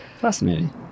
fascinating